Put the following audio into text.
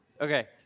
Okay